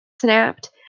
snapped